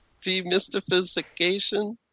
Demystification